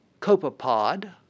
copepod